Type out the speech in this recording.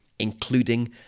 including